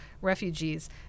refugees